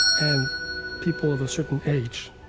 and people of a certain age,